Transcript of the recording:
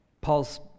Paul's